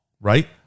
right